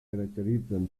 caracteritzen